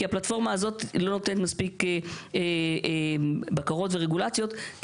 כי הפלטפורמה הזאת לא נותנת מספיק בקרות ורגולציות.